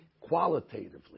qualitatively